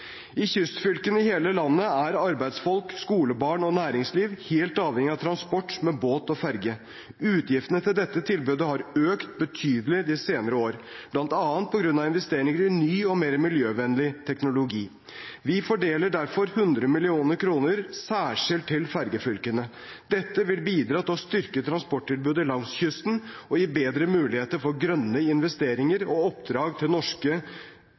I kystfylkene i hele landet er arbeidsfolk, skolebarn og næringsliv helt avhengig av transport med båt og ferge. Utgiftene til dette tilbudet har økt betydelig de senere år, bl.a. på grunn av investeringer i ny og mer miljøvennlig teknologi. Vi fordeler derfor 100 mill. kr særskilt til fergefylkene. Dette vil bidra til å styrke transporttilbudet langs kysten og gi bedre muligheter for grønne investeringer og oppdrag til norske